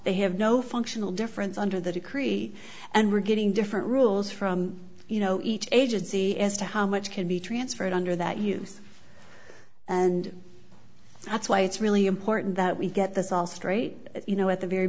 they have no functional difference under the decree and we're getting different rules from you know each agency as to how much can be transferred under that use and that's why it's really important that we get this all straight you know at the very